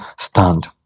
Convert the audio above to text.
Stand